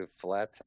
flat